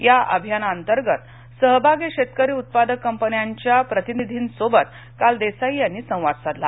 या अभियानांतर्गत सहभागी शेतकरी उत्पादक कंपन्यांच्या प्रतिनिधींसोबत काल देसाई यांनी संवाद साधला